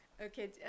Okay